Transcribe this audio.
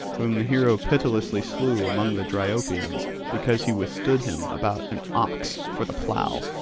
whom the hero pitilessly slew among the dryopians because he withstood him about an ox for the plough.